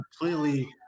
completely